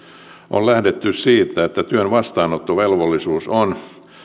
on lähdetty siitä että työn vastaanottovelvollisuus on